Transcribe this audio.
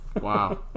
Wow